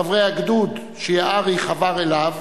חברי ה"גדוד" שיערי חבר אליו,